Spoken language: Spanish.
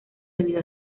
debido